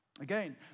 again